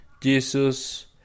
Jesus